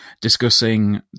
discussing